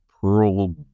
pearl